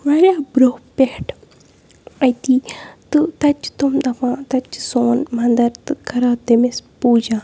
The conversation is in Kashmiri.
واریاہ برٛونٛہہ پٮ۪ٹھ أتی تہٕ تَتہِ چھِ تِم دَپان تَتہِ چھِ سون منٛدَر تہٕ کَران تٔمِس پوٗجا